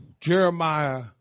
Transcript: Jeremiah